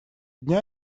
дня